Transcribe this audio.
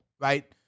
right